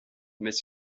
mais